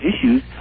issues